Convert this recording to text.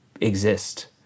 exist